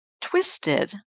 twisted